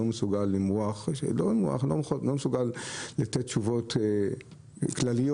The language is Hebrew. מסוגל למרוח ולא מסוגל לתת תשובות כלליות.